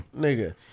Nigga